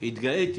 התגאיתי